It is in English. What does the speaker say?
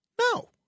No